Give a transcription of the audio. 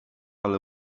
ale